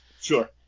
Sure